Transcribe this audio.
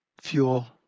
Fuel